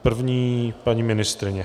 První paní ministryně.